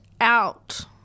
out